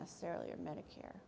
necessarily or medicare